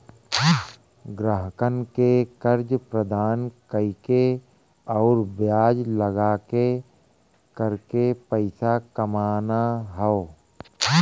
ग्राहकन के कर्जा प्रदान कइके आउर ब्याज लगाके करके पइसा कमाना हौ